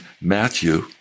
Matthew